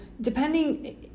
depending